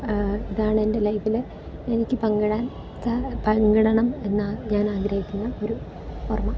ഇതാണ് എൻ്റെ ലൈഫിലെ എനിക്ക് പങ്കിടാൻ സ്ഥ പങ്കിടണം എന്ന് ഞാൻ ആഗ്രഹിക്കുന്ന ഒരു ഓർമ്മ